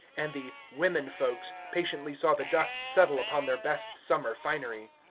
and the womenfolks patiently saw the dust settle upon their best summer finery.